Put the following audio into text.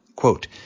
Quote